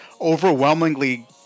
overwhelmingly